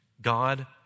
God